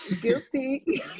Guilty